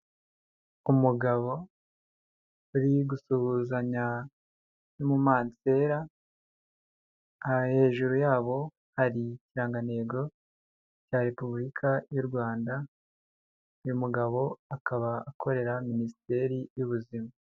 Umugabo uri gusuhuzanya n'umumansera, hejuru y'abo hari ikirangantego cya repubulika y'u Rwanda, uyu mugabo akaba akorera minisiteri y'ubuzima.